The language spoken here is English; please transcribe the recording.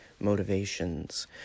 Motivations